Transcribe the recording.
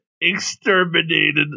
Exterminated